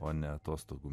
o ne atostogų